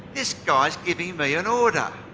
this guy is giving me an order.